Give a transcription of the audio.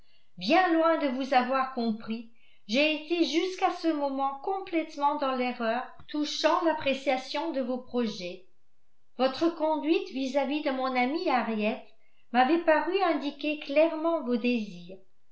bien loin de vous avoir compris j'ai été jusqu'à ce moment complètement dans l'erreur touchant l'appréciation de vos projets votre conduite vis-à-vis de mon amie harriet m'avait paru indiquer clairement vos désirs